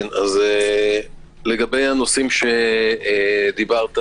לגבי הנושאים שדיברת עליהם,